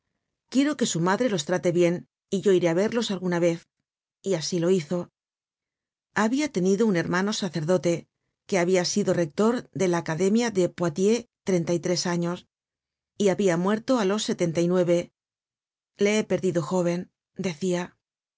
quiero que su madre los trate bien y yo iré á verlos alguna vez y asi lo hizo habia tenido un hermano sacerdote que habia sido rector de la academia de poitiers treinta y tres años y habia muerto á los setenta y nueve le he perdido joven decia